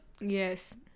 yes